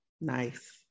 nice